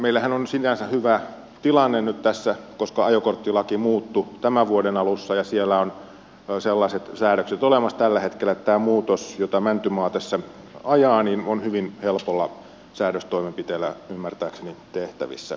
meillähän on sinänsä hyvä tilanne nyt tässä koska ajokorttilaki muuttui tämän vuoden alussa ja siellä on sellaiset säädökset olemassa tällä hetkellä niin että tämä muutos jota mäntymaa tässä ajaa on hyvin helpolla säädöstoimenpiteellä ymmärtääkseni tehtävissä